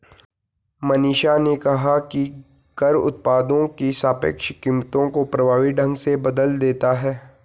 मनीषा ने कहा कि कर उत्पादों की सापेक्ष कीमतों को प्रभावी ढंग से बदल देता है